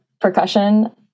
percussion